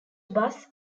bus